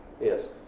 Yes